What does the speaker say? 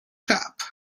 top